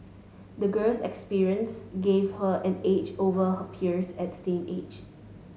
the girl's experience gave her an edge over her peers at the same age